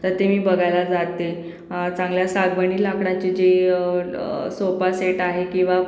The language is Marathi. तर ते मी बघायला जाते चांगल्या सागवानी लाकडाचे जे सोपा सेट आहे किंवा